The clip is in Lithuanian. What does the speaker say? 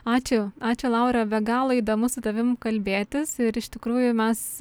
ačiū ačiū laura be galo įdomu su tavim kalbėtis ir iš tikrųjų mes